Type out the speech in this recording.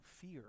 fear